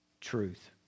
truth